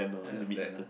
I have plan ah